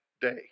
day